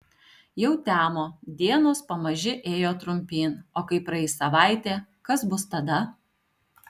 jau temo dienos pamaži ėjo trumpyn o kai praeis savaitė kas bus tada